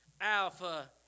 Alpha